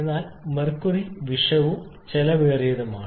എന്നാൽ മെർക്കുറി വിഷവും ചെലവേറിയതുമാണ്